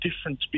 different